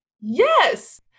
Yes